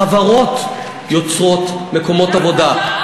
חברות יוצרות מקומות עבודה.